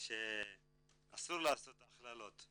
אסור לעשות הכללות.